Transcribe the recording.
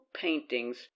paintings